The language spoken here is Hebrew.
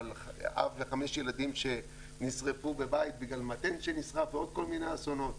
אב וחמישה ילדים שנשרפו בבית בגלל מטען שנשרף ועוד כל מיני אסונות,